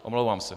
Omlouvám se.